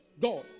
God